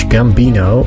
Gambino